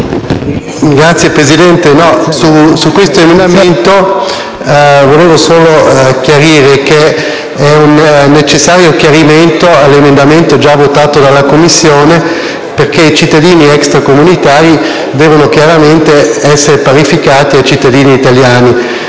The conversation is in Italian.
Signor Presidente, per quanto riguarda l'emendamento 7.100 volevo evidenziare che esso è un necessario chiarimento all'emendamento già votato dalla Commissione perché i cittadini extracomunitari devono chiaramente essere parificati ai cittadini italiani.